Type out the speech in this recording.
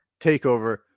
takeover